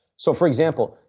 so, for example,